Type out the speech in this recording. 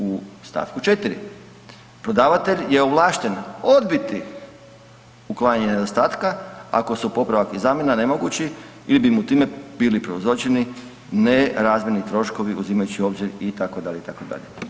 U st. 4., prodavatelj je ovlašten odbiti uklanjanje nedostatka, ako su popravak i zamjena nemogući ili bi mu time bili prouzročeni nerazmjerni troškovi uzimajući u obzir, itd., itd.